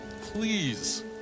please